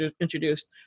introduced